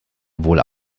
wohl